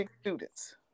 students